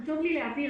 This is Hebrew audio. חשוב לי להבהיר,